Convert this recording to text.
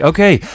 Okay